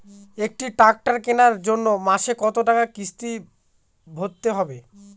একটি ট্র্যাক্টর কেনার জন্য মাসে কত টাকা কিস্তি ভরতে হবে?